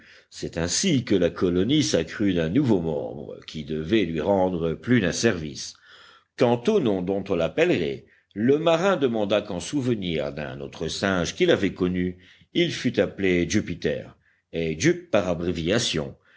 c'est ainsi que la colonie s'accrut d'un nouveau membre qui devait lui rendre plus d'un service quant au nom dont on l'appellerait le marin demanda qu'en souvenir d'un autre singe qu'il avait connu il fût appelé jupiter et jup par abréviation